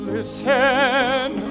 Listen